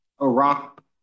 Iraq